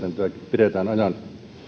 pidetään ajan